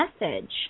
message